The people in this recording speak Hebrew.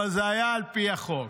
אבל זה היה על פי החוק.